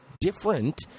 different